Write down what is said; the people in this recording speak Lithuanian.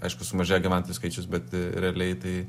aišku sumažėjo gyventojų skaičius bet realiai tai